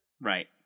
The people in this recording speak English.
Right